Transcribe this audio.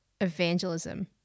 evangelism